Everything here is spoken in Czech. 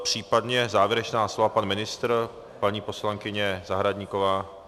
Případně závěrečná slova pan ministr, paní poslankyně Zahradníková?